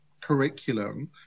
curriculum